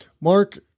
Mark